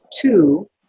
Two